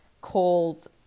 called